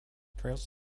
trails